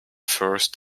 first